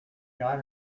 got